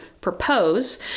propose